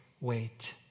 wait